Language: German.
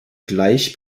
gleich